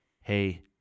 hey